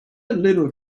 little